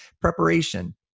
preparation